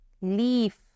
leave